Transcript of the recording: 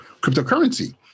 cryptocurrency